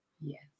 Yes